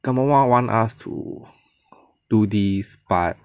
government want us to do this but